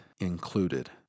included